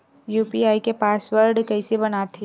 UPI के password कइसे बनाथे?